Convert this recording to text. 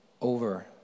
over